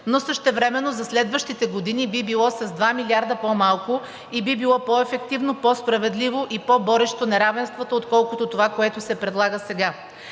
но същевременно за следващите години би било с 2 милиарда по-малко и би било по-ефективно, по-справедливо и по борещо неравенствата, отколкото това, което се предлага сега.